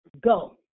Go